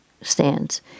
stands